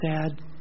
sad